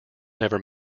never